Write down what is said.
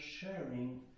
sharing